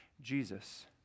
Jesus